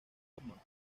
hoffmann